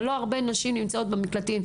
אבל לא הרבה נמצאות במקלטים.